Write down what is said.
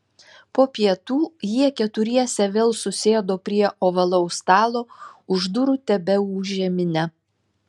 po pietų jie keturiese vėl susėdo prie ovalaus stalo už durų tebeūžė minia